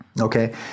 Okay